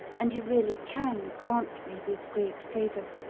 and you really can grant me this great favour,